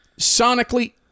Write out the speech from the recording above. sonically